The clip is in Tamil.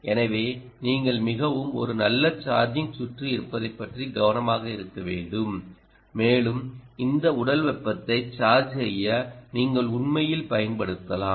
எனவேநீங்கள் மிகவும் ஒரு நல்ல சார்ஜிங் சுற்று இருப்பதைப் பற்றி கவனமாக இருக்க வேண்டும் மேலும் இந்த உடல் வெப்பத்தை சார்ஜ் செய்ய நீங்கள் உண்மையில் பயன்படுத்தலாம்